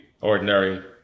ordinary